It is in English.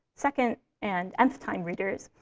second and nth-time readers,